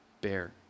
bear